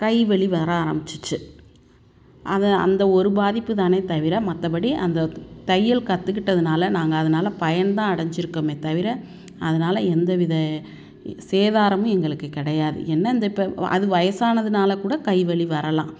கை வலி வர ஆரம்பிச்சுச்சு அது அந்த ஒரு பாதிப்பு தானே தவிர மற்றபடி அந்தத் தையல் கற்றுக்கிட்டதுனால நாங்கள் அதனால் பயன் தான் அடைஞ்சிருக்கமேத் தவிர அதனால் எந்த வித சேதாரமும் எங்களுக்குக் கிடையாது என்ன இந்த இப்போ அது வயசானதினால கூட கை வலி வரலாம்